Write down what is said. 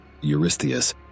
Eurystheus